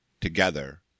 together